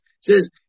says